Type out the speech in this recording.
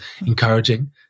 encouraging